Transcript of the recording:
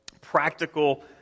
practical